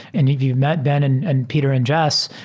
and you've you've met ben and and peter and jess,